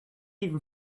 even